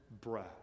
breath